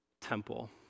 temple